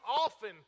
often